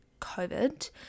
COVID